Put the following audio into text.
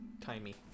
Timey